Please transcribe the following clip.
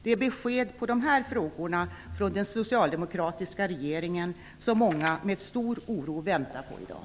Det är besked i dessa frågor från den socialdemokratiska regeringen som många med stor oro väntar på i dag.